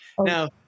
now